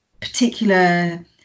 particular